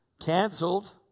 canceled